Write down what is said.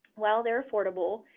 well, they are affordable,